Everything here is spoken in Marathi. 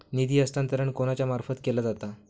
निधी हस्तांतरण कोणाच्या मार्फत केला जाता?